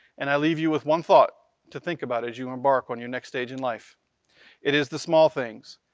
and i leave you with one thought to think about as you embark on your next stage in life it is the small things,